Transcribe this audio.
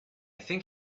think